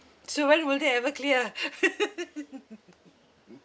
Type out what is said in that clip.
so when will it ever clear